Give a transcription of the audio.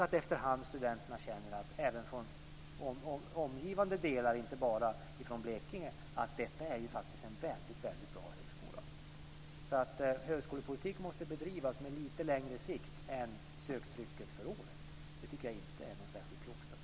Det krävdes att studenter inte bara från Blekinge utan också från omgivande delar efter hand fick känna att detta faktiskt är en mycket bra högskola. Högskolepolitik måste alltså bedrivas på lite längre sikt än söktrycket för året. Det tycker jag inte är någon särskilt klok strategi.